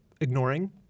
ignoring